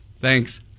Thanks